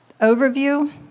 overview